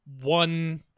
one